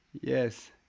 Yes